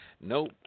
Nope